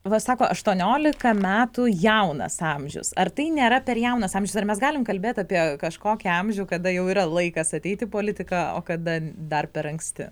va sako aštuoniolika metų jaunas amžius ar tai nėra per jaunas amžius ar mes galim kalbėt apie kažkokį amžių kada jau yra laikas ateiti į politiką o kada dar per anksti